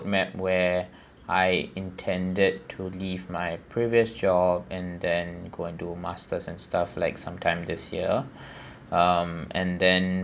map where I intended to leave my previous job and then go and do masters and stuff like some time this year um and then